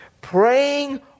Praying